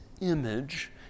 image